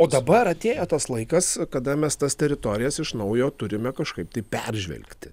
o dabar atėjo tas laikas kada mes tas teritorijas iš naujo turime kažkaip tai peržvelgti